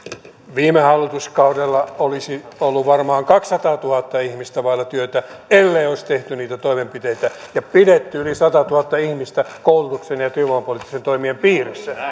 viime hallituskaudella olisi ollut varmaan kaksisataatuhatta ihmistä vailla työtä ellei olisi tehty niitä toimenpiteitä ja pidetty yli satatuhatta ihmistä koulutuksen ja työvoimapoliittisten toimien piirissä että